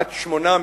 עד 8 מטרים.